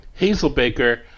Hazelbaker